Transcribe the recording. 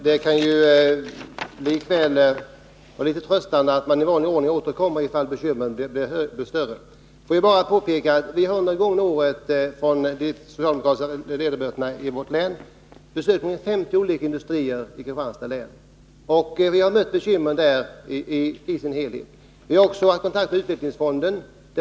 Herr talman! Det kan vara en liten tröst att höra att man i vanlig ordning återkommer ifall bekymren skulle bli större. Får jag bara påpeka att socialdemokratiska ledamöter från Kristianstads län under det gångna året har besökt minst 50 olika industrier i länet. Vi har mött bekymmer över huvud taget. Vi har också haft kontakt med utvecklingsfonden.